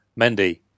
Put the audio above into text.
Mendy